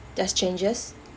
there's changes